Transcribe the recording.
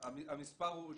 המספר הוא,